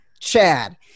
Chad